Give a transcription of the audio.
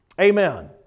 Amen